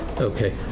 Okay